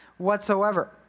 whatsoever